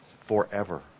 forever